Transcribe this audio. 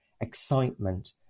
excitement